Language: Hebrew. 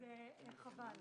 זה חבל.